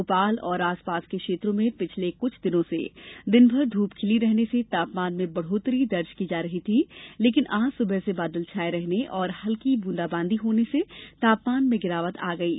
भोपाल और आस पास के क्षेत्रों में पिछले कुछ दिनों से दिनभर धूप खिली रहने से तापमान में बढोत्तरी दर्ज की जा रही थी लेकिन आज सुबह से बादल छाये रहने और हल्की ब्रंदाबादी होने से तापमान में गिरावट आ गयी